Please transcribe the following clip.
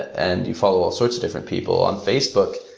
and you follow sorts of different people. on facebook,